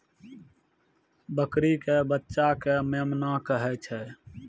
बकरी के बच्चा कॅ मेमना कहै छै